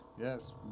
Yes